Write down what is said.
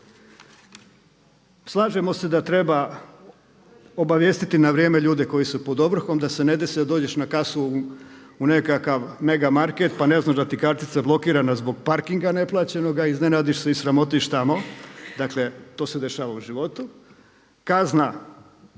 Slažemo se da treba obavijestiti na vrijeme ljude koji su pod ovrhom da se ne desi da dođeš na kasu u nekakav mega market pa ne znaš da ti je kartica blokirana zbog parkinga neplaćenog, iznenadiš se i sramotiš tamo. Dakle to se dešava u životu. Kazna